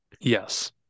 Yes